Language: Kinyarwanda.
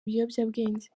ibiyobyabwenge